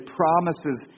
promises